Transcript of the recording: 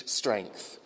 strength